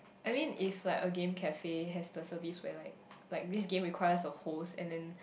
I mean if like a game cafe has the service where like like this game requires a host and then